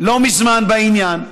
לא מזמן בעניין,